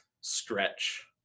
stretch